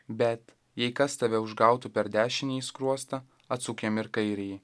bet jei kas tave užgautų per dešinįjį skruostą atsuk jam ir kairįjį